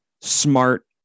smart